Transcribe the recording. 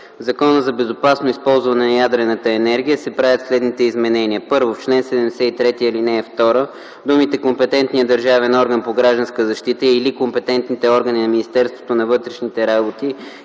Закона за безопасно използване на ядрената енергия се правят следните изменения: 1. В чл. 73, ал. 2 думите „компетентния държавен орган по гражданска защита или компетентните органи на Министерството на вътрешните работи